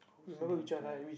who's a ninja